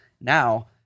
Now